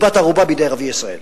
היא בת ערובה בידי ערביי ישראל.